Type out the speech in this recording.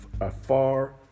afar